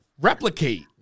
replicate